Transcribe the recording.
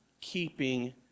keeping